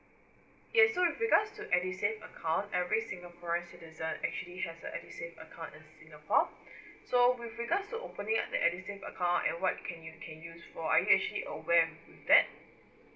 yes so with regards to edusave account every singaporean citizen actually has a edusave account in singapore so with regards to opening of the edusave account and what can you can use for are you actually aware of it